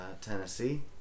Tennessee